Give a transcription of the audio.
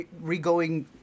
re-going